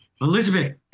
Elizabeth